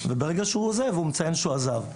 וברגע שהוא עוזב, הוא מציין שהוא עזב.